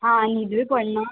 हां न्हिदूय पडना